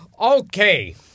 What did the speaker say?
Okay